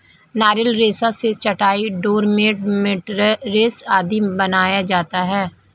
नारियल रेशा से चटाई, डोरमेट, मैटरेस आदि बनाया जाता है